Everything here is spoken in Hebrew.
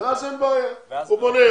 ואז אין בעיה הוא בונה,